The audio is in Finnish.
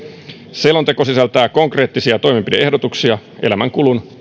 selonteko sisältää konkreettisia toimenpide ehdotuksia elämänkulun